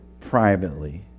privately